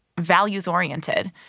values-oriented